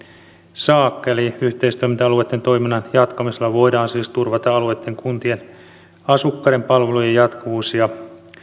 saakka yhteistoiminta alueitten toiminnan jatkamisella voidaan siis turvata alueitten kuntien asukkaiden palvelujen jatkuvuus ja